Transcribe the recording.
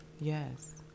Yes